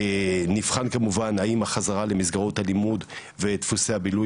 נבחן האם החזרה למסגרות הלימוד ודפוסי הבילוי